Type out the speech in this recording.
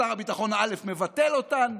שר הביטחון א' מבטל אותן.